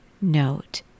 note